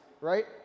right